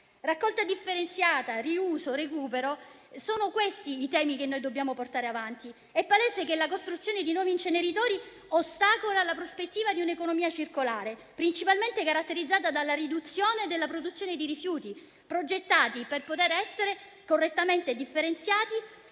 Raccolta differenziata, riuso e recupero sono i temi che dobbiamo portare avanti. È palese che la costruzione di nuovi inceneritori ostacola la prospettiva di un'economia circolare, principalmente caratterizzata dalla riduzione della produzione di rifiuti, progettati per poter essere correttamente differenziati,